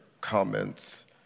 comments